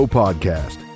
podcast